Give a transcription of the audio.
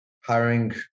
hiring